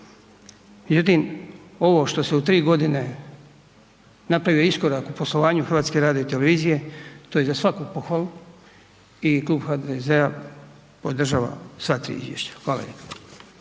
Međutim, ovo što se u 3 g. napravio iskorak u poslovanju HRT-a, to je za svaku pohvalu i klub HDZ-a podržava sva tri izvješća, hvala